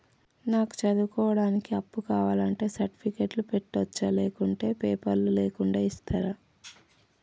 నాకు చదువుకోవడానికి అప్పు కావాలంటే సర్టిఫికెట్లు పెట్టొచ్చా లేకుంటే పేపర్లు లేకుండా ఇస్తరా?